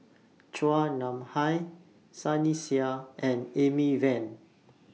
Chua Nam Hai Sunny Sia and Amy Van